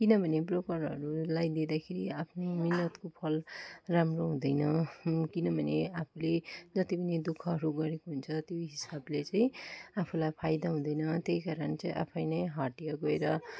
किनभने ब्रोकरहरूलाई दिदाँखेरि आफ्नो मेहेनतको फल राम्रो हुँदैन किनभने आफूले जति पनि दुःखहरू गरेको हुन्छ त्यो हिसाबले चाहिँ आफूलाई फाइदा हुँदैन त्यसै कारण चाहिँ आफैँ नै हटिया गएर